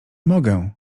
mogę